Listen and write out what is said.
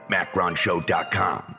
MacronShow.com